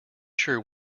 sure